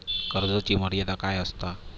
कर्जाची मर्यादा काय असता?